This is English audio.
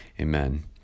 Amen